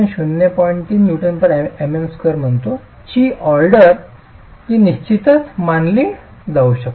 3 Nmm2 ची order जी निश्चितता मानली जाऊ शकते